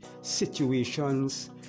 situations